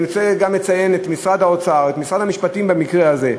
אני גם רוצה לציין את משרד האוצר ואת משרד המשפטים במקרה הזה,